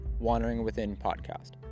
wanderingwithinpodcast